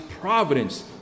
providence